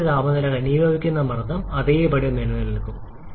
പരമാവധി താപനില ഘനീഭവിക്കുന്ന മർദ്ദം അതേപടി നിലനിൽക്കും